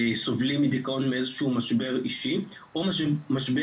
סובלים מדיכאון בעקבות איזה שהוא משבר אישי או משבר